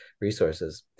resources